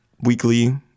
weekly